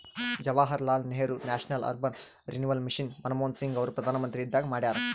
Jawaharlal Nehru national urban renewal mission Manmohan Singh ಅವರು ಪ್ರಧಾನ್ಮಂತ್ರಿ ಇದ್ದಾಗ ಮಾಡ್ಯಾರ್